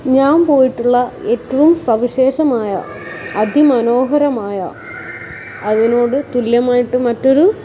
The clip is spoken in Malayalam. ഞാൻ പോയിട്ടുള്ള ഏറ്റവും സവിശേഷമായ അതിമനോഹരമായ അതിനോട് തുല്യമായിട്ട് മറ്റൊരു